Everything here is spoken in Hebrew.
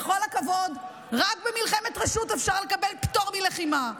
בכל הכבוד, רק במלחמת רשות אפשר לקבל פטור מלחימה.